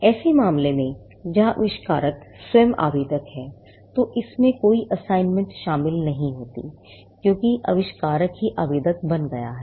ऐसे मामले में जहां आविष्कारक स्वयं आवेदक है तो इसमें कोई असाइनमेंट शामिल नहीं होती है क्योंकि आविष्कारक ही आवेदक बन गया है